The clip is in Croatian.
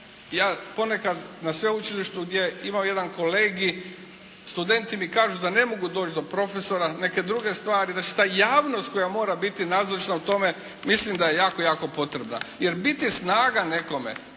ja ponekad na sveučilištu gdje imam jedan kolegij, studenti mi kažu da ne mogu doći do profesora, neke druge stvari, znači ta javnost koja mora biti nazočna u tome, mislim da je jako, jako potrebna. Jer biti snaga nekome,